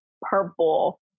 purple